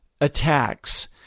attacks